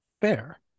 fair